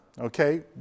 Okay